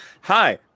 hi